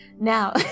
Now